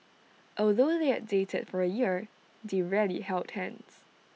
although they had dated for A year they rarely held hands